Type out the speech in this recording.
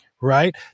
right